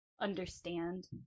understand